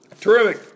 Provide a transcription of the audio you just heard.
Terrific